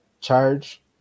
charge